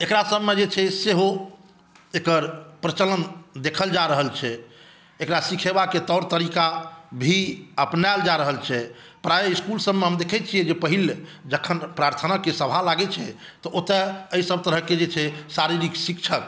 एक़रासभमे जे छै सेहो एकर प्रचलन देखल जा रहल छै एक़रा सीखेबाक तौर तरीक़ा भी अपनायल जा रहल छै प्रायः इसकुलसभमे हम देख़ै छियै जे पहिल जखन प्रार्थनाके सभा लागै छै तऽ ओतय एहिसभ तरहके जे छै शारीरिक शिक्षक